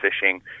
fishing